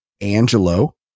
Angelo